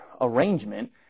arrangement